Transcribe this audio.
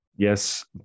Yes